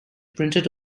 printed